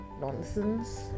nonsense